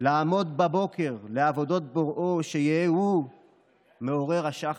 "לעמוד בבוקר לעבודת בוראו, שיהא הוא מעורר השחר".